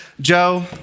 Joe